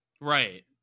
Right